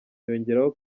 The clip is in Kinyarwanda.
yongeraho